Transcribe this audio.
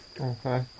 Okay